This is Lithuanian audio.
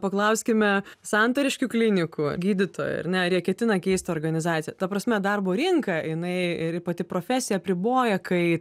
paklauskime santariškių klinikų gydytojų ar ne ar jie ketina keist organizaciją ta prasme darbo rinka jinai ir pati profesija apriboja kaitą